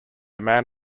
man